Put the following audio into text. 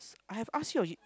I have asked you or